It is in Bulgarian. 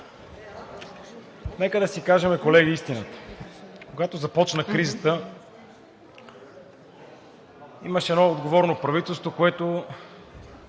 Нека да си кажем истината, колеги. Когато започна кризата, имаше едно отговорно правителство, което